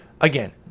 Again